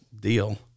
Deal